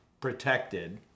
protected